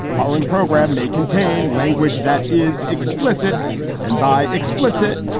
the following program may contain language that is explicit and by explicit,